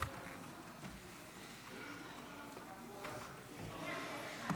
אדוני היושב-ראש, חבריי חברי